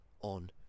on